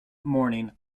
morning